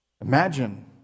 Imagine